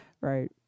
right